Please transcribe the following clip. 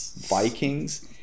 Vikings